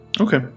Okay